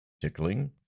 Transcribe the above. tickling